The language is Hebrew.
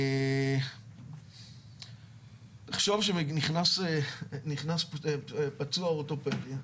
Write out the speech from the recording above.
תחשוב שנכנס פצוע אורתופדי,